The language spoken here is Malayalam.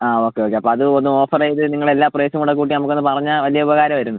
ആ ഓക്കെ ഓക്കെ അപ്പോൾ അത് ഒന്ന് ഓഫർ ചെയ്ത് നിങ്ങൾ എല്ലാ പ്രൈസും കൂടെ കൂട്ടി നമുക്ക് അത് പറഞ്ഞാൽ വലിയ ഉപകാരം ആയിരുന്നു